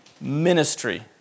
ministry